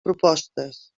propostes